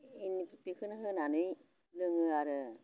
बेखौनो होनानै लोङो आरो